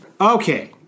Okay